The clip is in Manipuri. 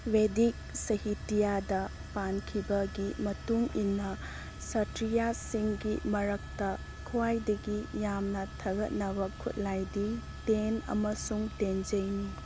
ꯕꯦꯗꯤꯛ ꯁꯥꯍꯤꯇ꯭ꯌꯥꯗ ꯄꯥꯟꯈꯤꯕꯒꯤ ꯃꯇꯨꯡ ꯏꯟꯅ ꯁꯇ꯭ꯔꯤꯌꯥꯁꯤꯡꯒꯤ ꯃꯔꯛꯇ ꯈ꯭ꯋꯥꯏꯗꯒꯤ ꯌꯥꯝꯅ ꯊꯥꯒꯠꯅꯕ ꯈꯨꯠꯂꯥꯏꯗꯤ ꯇꯦꯟ ꯑꯃꯁꯨꯡ ꯇꯦꯟꯖꯩꯅꯤ